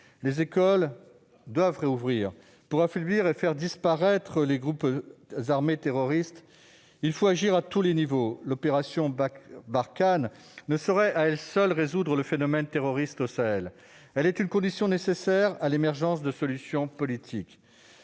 Les écoles doivent rouvrir. Pour affaiblir et faire disparaître les groupes armés terroristes, il faut agir à tous les niveaux. L'opération Barkhane ne saurait, à elle seule, résoudre le phénomène terroriste au Sahel. Elle est une condition nécessaire à l'émergence de solutions politiques.